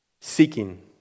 seeking